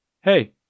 Hey